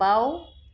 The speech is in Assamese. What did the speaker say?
বাঁও